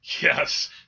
Yes